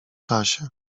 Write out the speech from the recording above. czasie